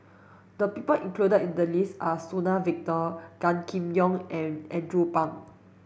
the people included in the list are Suzann Victor Gan Kim Yong and Andrew Phang